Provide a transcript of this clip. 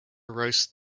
roast